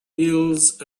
heels